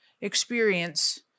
experience